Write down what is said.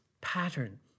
pattern